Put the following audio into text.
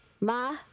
Ma